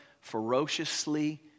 ferociously